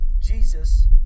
Jesus